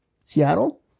Seattle